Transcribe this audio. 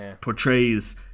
portrays